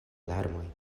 larmoj